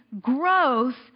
growth